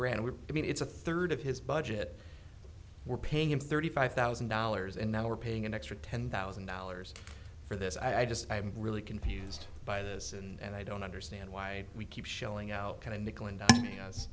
would i mean it's a third of his budget we're paying him thirty five thousand dollars and now we're paying an extra ten thousand dollars for this i just i'm really confused by this and i don't understand why we keep shelling out kind of nickel and dime